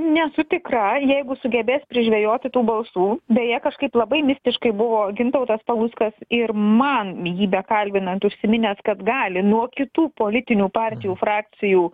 nesu tikra jeigu sugebės prižvejoti tų balsų beje kažkaip labai mistiškai buvo gintautas paluckas ir man jį bekalbinant užsiminęs kad gali nuo kitų politinių partijų frakcijų